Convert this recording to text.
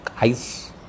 ice